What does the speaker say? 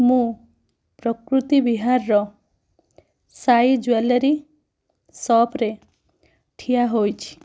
ମୁଁ ପ୍ରକୃତି ବିହାରର ସାଇ ଜୁଏଲେରୀ ସପ୍ ରେ ଠିଆ ହୋଇଛି